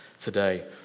today